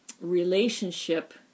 relationship